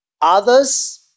Others